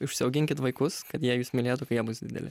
užsiauginkit vaikus kad jie jus mylėtų kai jie bus dideli